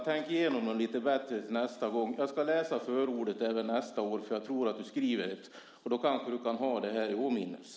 Tänk igenom dem lite bättre nästa gång! Jag ska läsa förordet även nästa år - jag tror att du skriver ett då - och då kanske du kan ha det här i åminnelse.